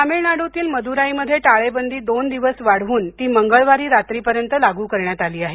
तमिळनाडूतील मदुराईमध्ये टाळेबंदी दोन दिवस वाढवून ती मंगळवारी रात्रीपर्यंत लागू करण्यात आली आहे